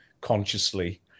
consciously